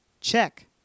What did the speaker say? Check